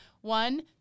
One